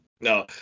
No